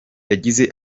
yagize